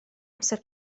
amser